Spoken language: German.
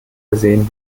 gesehen